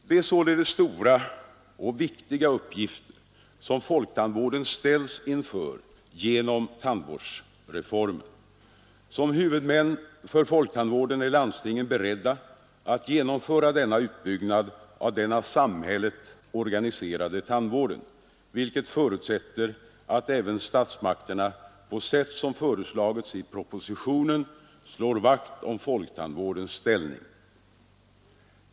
Det är således stora och viktiga uppgifter som folktandvården ställs inför genom tandvårdsreformen. Som huvudmän för folktandvården är landstingen beredda att genomföra denna utbyggnad av den av samhället organiserade tandvården, vilket förutsätter att även statsmakterna på sätt som föreslagits i propositionen slår vakt om folktandvårdens ställning.